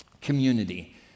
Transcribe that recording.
community